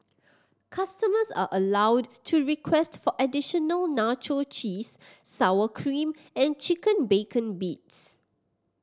customers are allowed to request for additional nacho cheese sour cream and chicken bacon bits